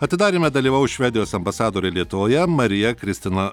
atidaryme dalyvaus švedijos ambasadorė lietuvoje marija kristina